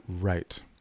right